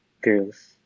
girls